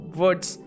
words